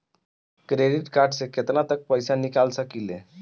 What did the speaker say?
Credit card से केतना तक पइसा निकाल सकिले?